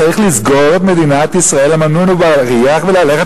צריך לסגור את מדינת ישראל על מנעול ובריח וללכת